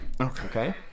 Okay